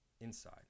inside